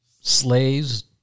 Slaves